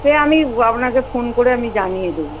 সে আমি আপনাকে ফোন করে আমি জানিয়ে দেবো